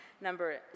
number